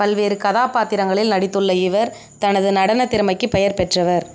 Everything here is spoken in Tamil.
பல்வேறு கதாபாத்திரங்களில் நடித்துள்ள இவர் தனது நடனத் திறமைக்குப் பெயர் பெற்றவர்